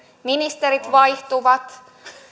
ministerit vaihtuvat